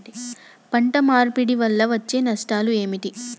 పంట మార్పిడి వల్ల వచ్చే నష్టాలు ఏమిటి?